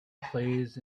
plays